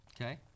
Okay